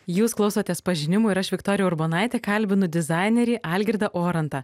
jūs klausotės pažinimų ir aš viktorija urbonaitė kalbinu dizainerį algirdą orantą